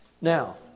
Now